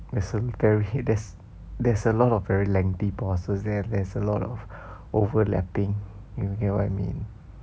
there's a very there's there's a lot of very lengthy pauses there there's a lot of overlapping you get what I mean